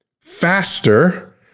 faster